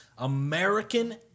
American